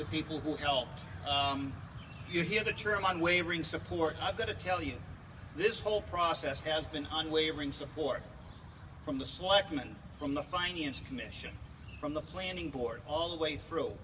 the people who helped you here the truman wavering support i've got to tell you this whole process has been unwavering support from the selectmen from the finance commission from the planning board all the way through